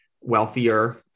wealthier